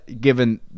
given